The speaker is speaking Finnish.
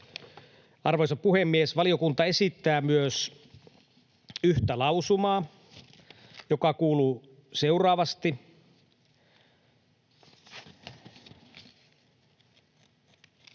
Arvoisa puhemies! Valiokunta esittää myös yhtä lausumaa, joka kuuluu seuraavasti: